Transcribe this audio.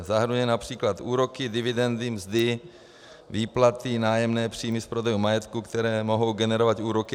Zahrnuje např. úroky, dividendy, mzdy, výplaty, nájemné, příjmy z prodeje majetku, které mohou generovat úroky, apod.